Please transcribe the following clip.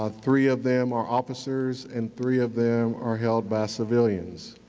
ah three of them are officers and three of them are held by civilians.